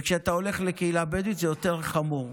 וכשאתה הולך לקהילה בדואית, זה יותר חמור.